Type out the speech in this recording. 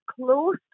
close